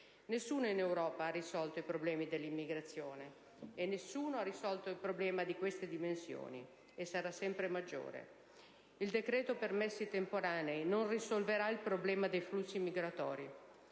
Nessuno in Europa ha risolto i problemi dell'immigrazione. Nessuno ha risolto un problema di queste dimensioni, che sarà sempre più grande. Il decreto permessi temporanei non risolverà il problema dei flussi migratori,